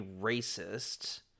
racist